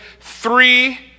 three